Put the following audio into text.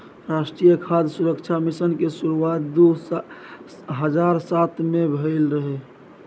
राष्ट्रीय खाद्य सुरक्षा मिशन के शुरुआत दू हजार सात मे भेल रहै